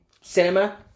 cinema